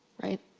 right?